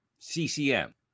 ccm